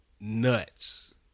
nuts